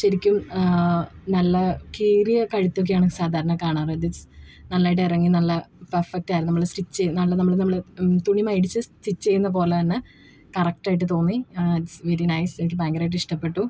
ശരിക്കും നല്ല കയറിയ കഴുത്തൊക്കെയാണ് സാധാരണ കാണാറ് ദിസ് നല്ലതായിട്ട് ഇറങ്ങി നല്ല പെർഫെക്റ്റ് ആയിരുന്നു നമ്മൾ സ്റ്റിച്ച് ചെയ് നാളെ നമ്മൾ നമ്മൾ തുണി മേടിച്ച് സ്റ്റിച്ച് ചെയ്യുന്നതു പോലെ തന്ന കറക്റ്റായിട്ടു തോന്നി ഇട്സ് വെരി നൈസ് എനിക്ക് ഭയങ്കരമായിട്ടു ഇഷ്ടപ്പെട്ടു